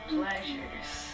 Pleasures